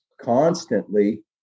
constantly